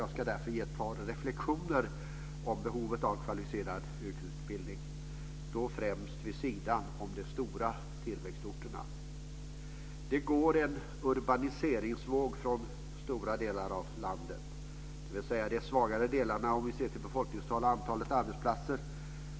Jag ska därför göra ett par reflexioner kring behovet av kvalificerad yrkesutbildning, och då främst vid sidan om de stora tillväxtorterna. Det går en urbaniseringsvåg från stora delar av landet, dvs. från de svagare delarna, om vi ser till befolkningstal och antalet arbetsplatser.